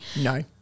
no